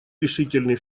решительный